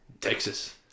Texas